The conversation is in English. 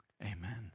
amen